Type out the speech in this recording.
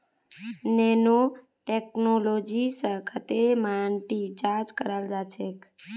nano technology स खेतेर माटी जांच कराल जाछेक